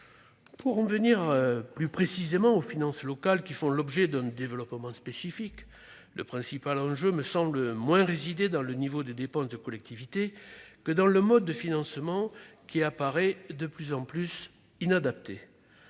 Pour en venir plus précisément aux finances locales, qui font l'objet d'un développement spécifique, le principal enjeu me semble résider moins dans le niveau des dépenses des collectivités que dans le mode de financement, ce dernier apparaissant de plus en plus inadapté.